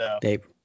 Dave